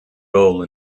role